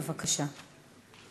בבקשה.